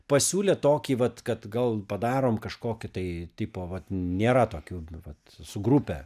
pasiūlė tokį vat kad gal padarom kažkokį tai tipo vat nėra tokių nu vat su grupe